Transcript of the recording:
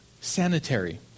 sanitary